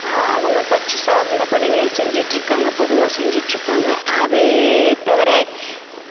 அவங்க கட்சி சார்ந்த பணிகள் செஞ்சிகிட்ருக்காங்க பொதுவாக செஞ்சிகிட்ருக்காங்க அது தவிர